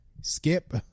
skip